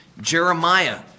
jeremiah